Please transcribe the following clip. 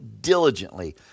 diligently